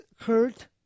hurt